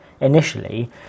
initially